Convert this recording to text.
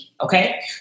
Okay